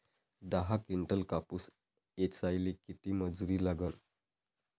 दहा किंटल कापूस ऐचायले किती मजूरी लागन?